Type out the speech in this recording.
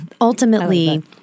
Ultimately